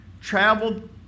traveled